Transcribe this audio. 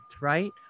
right